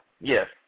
Yes